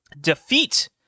Defeat